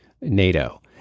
NATO